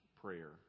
prayer